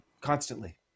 constantly